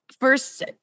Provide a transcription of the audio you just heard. first